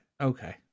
Okay